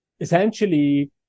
Essentially